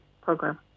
program